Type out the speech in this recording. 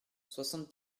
soixante